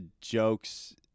jokes